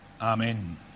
Amen